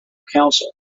council